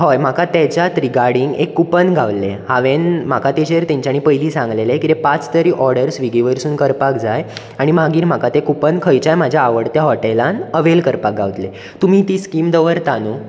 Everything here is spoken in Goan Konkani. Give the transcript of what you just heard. हय म्हाका तेच्याच रिगार्डींग एक कुपन गावल्लें हांवेन म्हाका तेचेर तेंच्यानी पयलीं सांगलेलें कितें पांच तरी ऑर्डर्स स्विगी वयरसून करपाक जाय आनी मागीर म्हाका तें कुपन खंयच्याय म्हज्या आवडट्या हॉटेलांत अवेल करपाक गावतलें तुमी ती स्कीम दवरता न्हूं